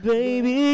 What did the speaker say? Baby